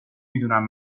میدونم